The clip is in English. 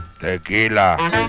Tequila